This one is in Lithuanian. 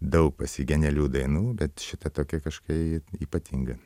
daug pas jį genialių dainų bet šita tokia kažkaip ypatinga